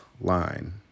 line